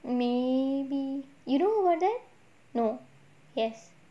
maybe you know about that no yes